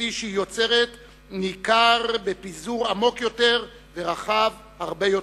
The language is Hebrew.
הסביבתי שהיא יוצרת ניכר בפיזור עמוק יותר ורחב הרבה יותר.